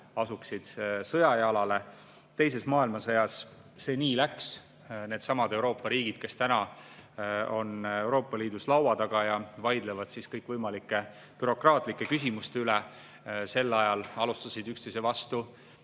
asuksid sõjajalale. Teises maailmasõjas see nii läks. Needsamad Euroopa riigid, kes on praegu Euroopa Liidus laua taga ja vaidlevad kõikvõimalike bürokraatlike küsimuste üle, alustasid sel ajal üksteise vastu